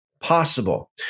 possible